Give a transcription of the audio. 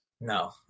No